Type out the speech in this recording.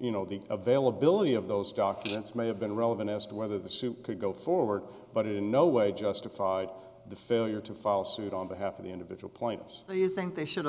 you know the availability of those documents may have been relevant as to whether the suit could go forward but it in no way justified the failure to file suit on behalf of the individual points do you think they should have